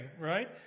right